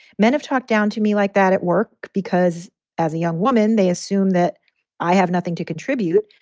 men have talked down to me like that at work because as a young woman they assume that i have nothing to contribute.